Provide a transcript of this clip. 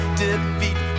defeat